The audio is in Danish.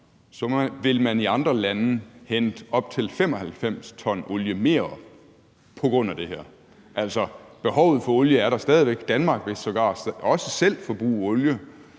vil man i andre lande hente op til 95 t olie mere op på grund af det her. Altså, behovet for olie er der stadig væk, og Danmark vil sågar også selv forbruge olie,